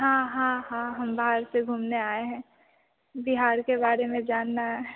हाँ हाँ हाँ हम बाहर से घूमने आए हैं बिहार के बारे में जानना है